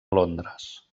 londres